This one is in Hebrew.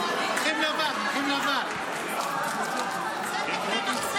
זה לא עזר לכם.